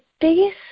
biggest